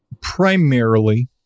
primarily